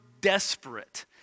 desperate